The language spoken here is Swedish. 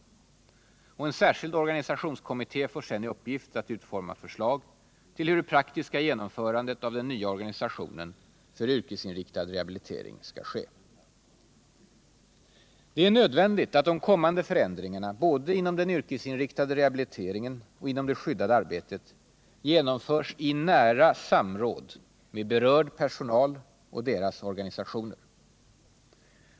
En särskild organisationskommitté får sedan i uppgift att utforma förslag till hur det praktiska genomförandet av den nya organisationen 23 för yrkesinriktad rehabilitering skall ske. Det är nödvändigt att de kommande förändringarna både inom den yrkesinriktade rehabiliteringen och inom det skyddade arbetet genomförs i nära samråd med berörd personal och deras organisationer.